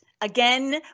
Again